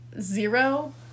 zero